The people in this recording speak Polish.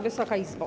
Wysoka Izbo!